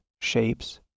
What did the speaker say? shapes